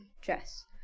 dress